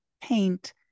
paint